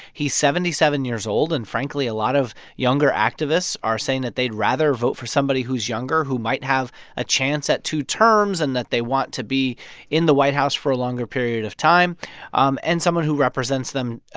he's seventy seven years old, and, frankly, a lot of younger activists are saying that they'd rather vote for somebody who's younger who might have a chance at two terms and that they want to be in the white house for a longer period of time um and someone who represents them,